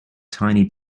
tiny